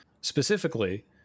Specifically